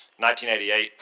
1988